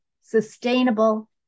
sustainable